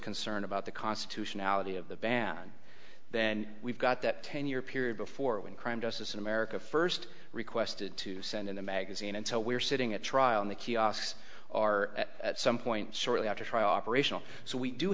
concern about the constitutionality of the ban then we've got that ten year period before when crime justice in america first requested to send in a magazine and so we're sitting at trial in the kiosks are at some point shortly after trial operational so we do